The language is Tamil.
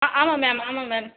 ஆமாம் மேம் ஆமாம் மேம்